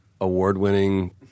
award-winning